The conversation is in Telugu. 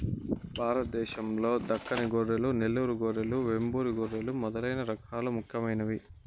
భారతదేశం లో దక్కని గొర్రెలు, నెల్లూరు గొర్రెలు, వెంబూరు గొర్రెలు మొదలైన రకాలు ముఖ్యమైనవి